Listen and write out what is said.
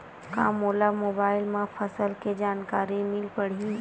का मोला मोबाइल म फसल के जानकारी मिल पढ़ही?